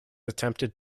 attempted